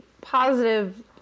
positive